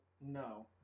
No